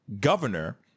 governor